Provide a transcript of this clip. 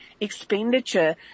expenditure